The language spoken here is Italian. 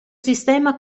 sistema